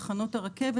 תחנות הרכבת.